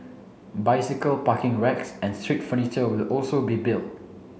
bicycle parking racks and street furniture will also be built